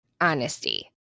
honesty